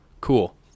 Cool